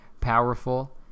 powerful